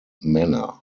manner